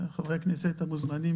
חברי הכנסת המוזמנים,